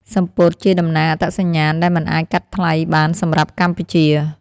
សំពត់ជាតំណាងអត្តសញ្ញាណដែលមិនអាចកាត់ថ្លៃបានសម្រាប់កម្ពុជា។